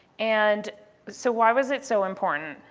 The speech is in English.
and so why was it so important?